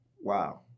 wow